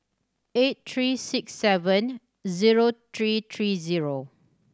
eight three six seven zero three three zero